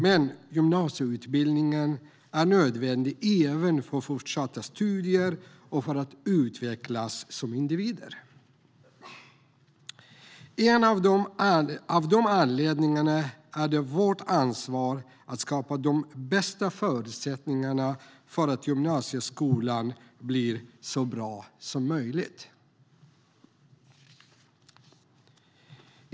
Men gymnasieutbildningen är nödvändig även för fortsatta studier och för att utvecklas som individ. Av de anledningarna är det vårt ansvar att skapa de bästa förutsättningarna för att gymnasieskolan blir så bra som möjligt.